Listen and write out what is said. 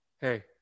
Hey